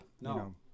no